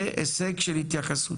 זה הישג של התייחסות.